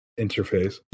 interface